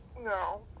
no